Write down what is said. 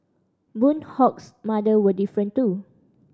Boon Hock's mother were different too